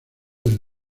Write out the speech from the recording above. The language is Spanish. del